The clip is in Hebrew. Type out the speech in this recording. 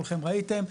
כולכם ראיתם,